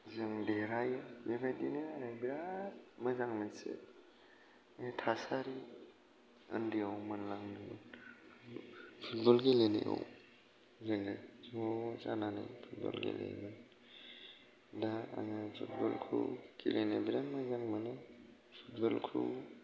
जों देरहायो बेबायदिनो ओरैनो मोजां मोनसे थासारि उन्दैयाव मोनलांनाय फुटबल गेलेनायाव जोङो ज जानानै फुटबल गेलेयोमोन दा आङो फुटबलखौ गेलेनो मोजां मोनो फुटबलखौ